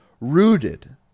rooted